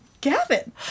Gavin